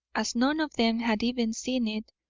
as none of them had even seen it,